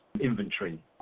inventory